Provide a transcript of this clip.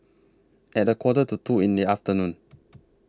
At A Quarter to two in The afternoon